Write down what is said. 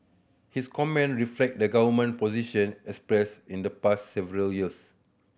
his comment reflect the government position expressed in the past several years